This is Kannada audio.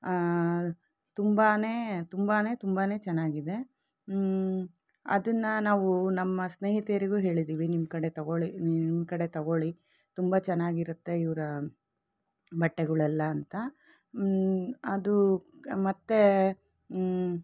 ತುಂಬಾ ತುಂಬಾ ತುಂಬಾ ಚೆನ್ನಾಗಿದೆ ಅದನ್ನು ನಾವು ನಮ್ಮ ಸ್ನೇಹಿತೆಯರಿಗೂ ಹೇಳಿದ್ದೀವಿ ನಿಮ್ಮ ಕಡೆ ತಗೊಳ್ಳಿ ನಿಮ್ ಕಡೆ ತಗೊಳ್ಳಿ ತುಂಬ ಚೆನ್ನಾಗಿರುತ್ತೆ ಇವರ ಬಟ್ಟೆಗಳೆಲ್ಲ ಅಂತ ಅದು ಮತ್ತು